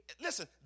Listen